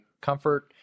comfort